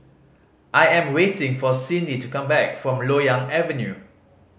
I am waiting for Cindy to come back from Loyang Avenue